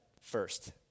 first